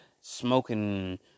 smoking